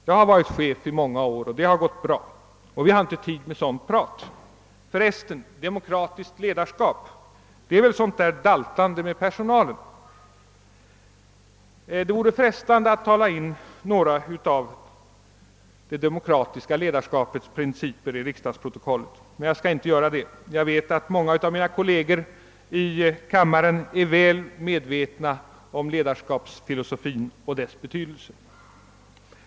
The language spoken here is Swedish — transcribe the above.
Jag har varit chef i många år och det har gått bra. Vi har inte tid med sådant prat. För resten är väl demokratiskt ledarskap sådant där daltande med personalen.» Det vore frestande att tala in några av det demokratiska ledarskapets principer till riksdagens protokoll, men jag skall inte göra det, ty jag vet att många av mina kolleger i kammaren är väl medvetna om ledarskapsfilosofin och dess betydelse.